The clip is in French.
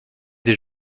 des